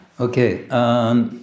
okay